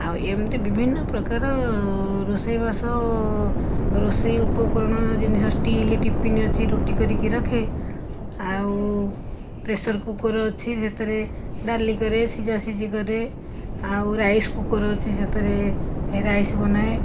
ଆଉ ଏମତି ବିଭିନ୍ନ ପ୍ରକାର ରୋଷେଇବାସ ରୋଷେଇ ଉପକରଣ ଜିନିଷ ଷ୍ଟିଲ ଟିଫିନ୍ ଅଛି ରୁଟି କରିକି ରଖେ ଆଉ ପ୍ରେସରକୁକର୍ ଅଛି ସେଥିରେ ଡାଲି କରେ ସିଝାସିଝି କରେ ଆଉ ରାଇସକୁକର୍ ଅଛି ସେଥିରେ ରାଇସ୍ ବନାଏ